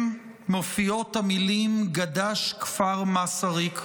מופיעות המילים "גד"ש כפר מסריק",